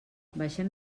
baixem